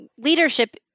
leadership